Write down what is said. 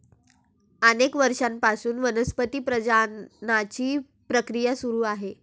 अनेक वर्षांपासून वनस्पती प्रजननाची प्रक्रिया सुरू आहे